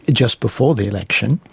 just before the election.